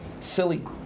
silly